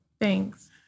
Thanks